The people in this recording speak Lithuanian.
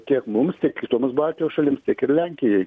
tiek mums tiek kitoms baltijos šalims tiek ir lenkijai